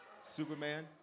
Superman